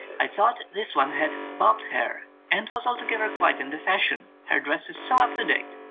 i thought this one had bobbed hair and was altogether quite in the fashion, her dress is so up-to date!